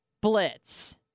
Blitz